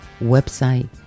website